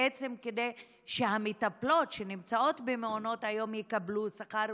בעצם כדי שהמטפלות שנמצאות במעונות היום יקבלו שכר,